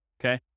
Okay